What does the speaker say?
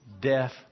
death